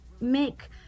make